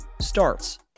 starts